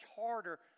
harder